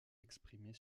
exprimée